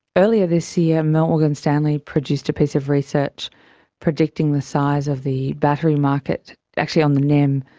earlier this year, morgan stanley produced a piece of research predicting the size of the battery market actually on the nem,